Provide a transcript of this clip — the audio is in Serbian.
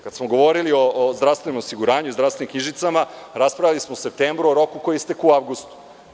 Kada smo govorili o zdravstvenom osiguranju i zdravstvenim knjižicama, raspravljali smo u septembru o roku koji je istekao u avgustu.